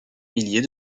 milliers